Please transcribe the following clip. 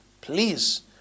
please